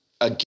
again